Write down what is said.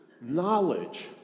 knowledge